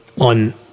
on